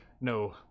no